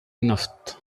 نفط